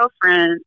girlfriend